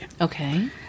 Okay